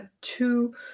two